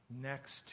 next